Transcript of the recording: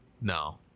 No